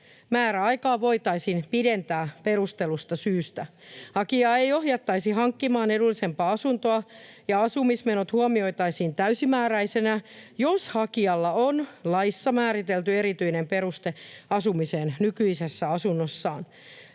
Määräaikaa voitaisiin pidentää perustellusta syystä. Hakijaa ei ohjattaisi hankkimaan edullisempaa asuntoa ja asumismenot huomioitaisiin täysimääräisinä, jos hakijalla on laissa määritelty erityinen peruste asumiseen nykyisessä asunnossaan.